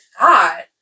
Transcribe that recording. God